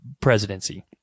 presidency